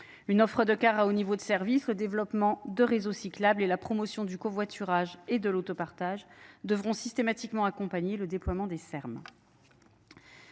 une offre de cars à haut niveau de services le développement de réseaux cyclables et la promotion du covoiturage et de l'autopartage devront systématiquement accompagner le déploiement des Ser